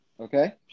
okay